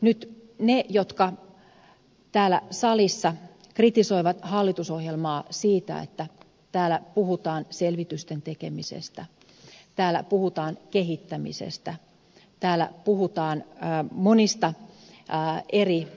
nyt jotkut täällä salissa kritisoivat hallitusohjelmaa siitä että täällä puhutaan selvitysten tekemisestä täällä puhutaan kehittämisestä täällä puhutaan monista eri